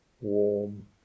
warm